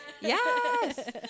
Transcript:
Yes